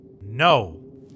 No